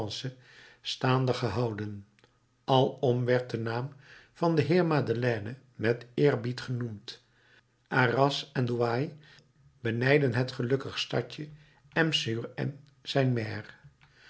staande gehouden alom werd de naam van den heer madeleine met eerbied genoemd arras en douai benijdden het gelukkig stadje m sur m